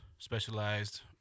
specialized